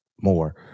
more